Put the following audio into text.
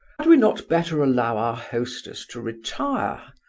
had we not better allow our hostess to retire?